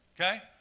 okay